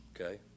okay